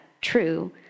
true